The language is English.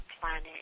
planet